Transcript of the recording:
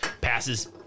passes